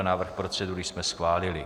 Návrh procedury jsme schválili.